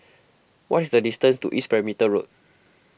what is the distance to East Perimeter Road